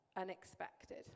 unexpected